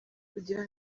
kugira